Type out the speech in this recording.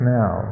now